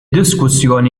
diskussjoni